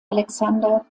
alexander